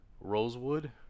Rosewood